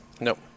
Nope